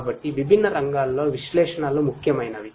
కాబట్టి విభిన్న రంగాల్లో విశ్లేషణలు ముఖ్యమైనవి